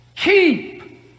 Keep